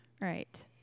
right